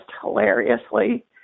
hilariously